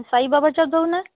साईबाबाच्याच जाऊ ना